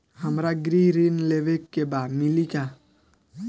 हमरा गृह ऋण लेवे के बा मिली का?